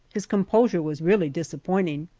his composure was really disappointing!